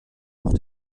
auch